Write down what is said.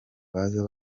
baza